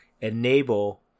enable